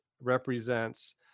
represents